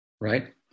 right